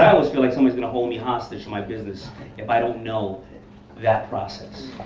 i always feel like someone is gonna hold me hostage in my business if i don't know that process.